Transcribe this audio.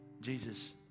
Jesus